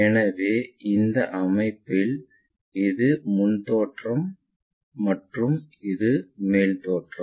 எனவே இந்த அமைப்பில் இது முன் தோற்றம் மற்றும் இது மேல் தோற்றம்